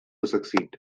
succeed